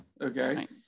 okay